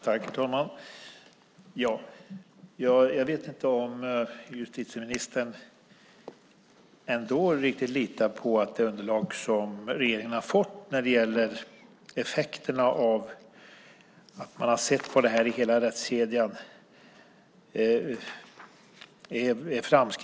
Herr talman! Jag vet inte om justitieministern riktigt litar på det underlag som regeringen har fått när det gäller effekterna på hela rättskedjan.